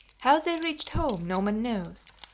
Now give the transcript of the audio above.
how they reached home no man knows.